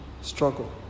struggle